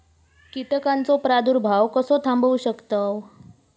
कीटकांचो प्रादुर्भाव कसो थांबवू शकतव?